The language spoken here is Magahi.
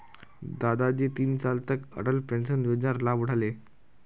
दादाजी तीन साल तक अटल पेंशन योजनार लाभ उठा ले